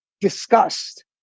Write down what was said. discussed